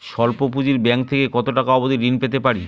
স্বল্প পুঁজির ব্যাংক থেকে কত টাকা অবধি ঋণ পেতে পারি?